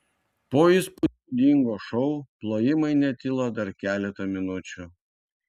po įspūdingo šou plojimai netilo dar keletą minučių